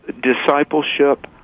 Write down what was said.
discipleship